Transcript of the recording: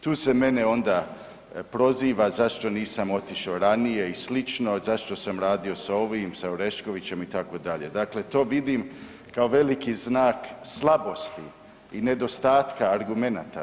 Tu se mene onda proziva zašto nisam otišao ranije i slično, zašto sam radio sa ovim sa Oreškovićem itd., dakle to vidim kao veliki znak slabosti i nedostatka argumenata.